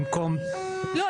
במקום --- לא,